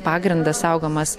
pagrindas saugomas